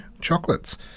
chocolates